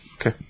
Okay